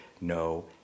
no